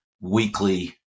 weekly